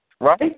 Right